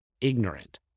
ignorant